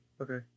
Okay